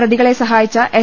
പ്രതികളെ സഹായിച്ച എസ്